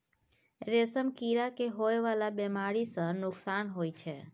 रेशम कीड़ा के होए वाला बेमारी सँ नुकसान होइ छै